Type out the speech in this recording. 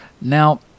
Now